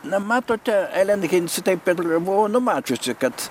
na matote elen hinsi taip ir buvo numačiusi kad